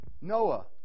Noah